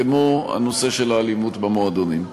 כמו הנושא של האלימות במועדונים.